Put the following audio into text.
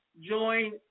join